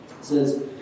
says